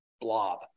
blob